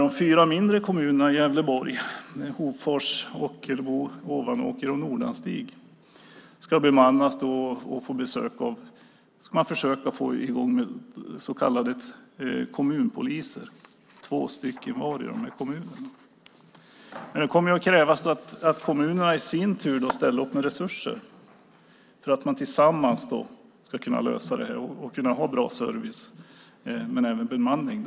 De fyra mindre kommunerna i Gävleborg, Hofors, Ockelbo, Ovanåker och Nordanstig, ska bemannas, och man ska försöka få i gång så kallade kommunpoliser, två stycken i vardera kommunen. Det kommer då att krävas att kommunerna i sin tur ställer upp med resurser för att man tillsammans ska kunna lösa det här och ha bra service men även bemanning.